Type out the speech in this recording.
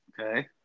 okay